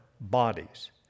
bodies